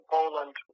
Poland